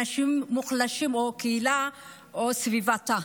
אנשים מוחלשים או קהילה או סביבתה.